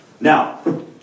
Now